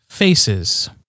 Faces